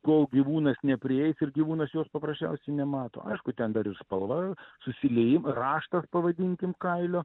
kol gyvūnas neprieis ir gyvūnas jos paprasčiausiai nemato aišku ten dar ir spalva susilieji raštas pavadinkim kailio